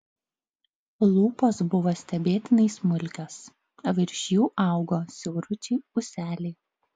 lūpos buvo stebėtinai smulkios virš jų augo siauručiai ūseliai